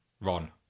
Ron